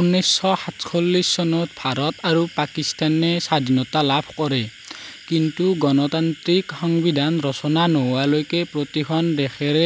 উনৈছশ সাতচল্লিশ চনত ভাৰত আৰু পাকিস্তানে স্বাধীনতা লাভ কৰে কিন্তু গণতান্ত্ৰিক সংবিধান ৰচনা নোহোৱালৈকে প্ৰতিখন দেশৰে